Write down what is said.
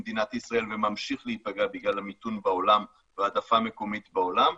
וממשיך להיפגע בגלל המיתון בעולם והעדפה מקומית בעולם.